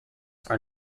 are